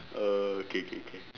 oh K K K